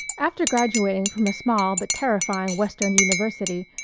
after graduating from a small but terrifying western university,